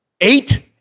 Eight